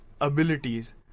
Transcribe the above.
abilities